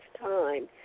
time